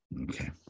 Okay